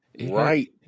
right